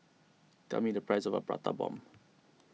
tell me the price of Prata Bomb